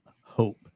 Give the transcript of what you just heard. hope